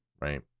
right